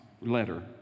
letter